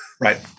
Right